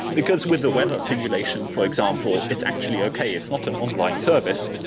because with the weather simulation, for example, it's actually okay it's not an online service.